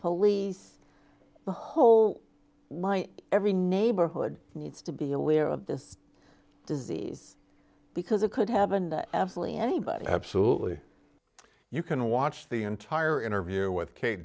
police the whole every neighborhood needs to be aware of this disease because it could happen absolutely anybody absolutely you can watch the entire interview with kate